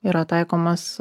yra taikomas